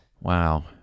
Wow